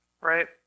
right